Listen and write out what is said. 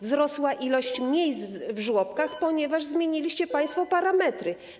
Wzrosła liczba miejsc w żłobkach, ponieważ zmieniliście państwo parametry.